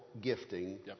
gifting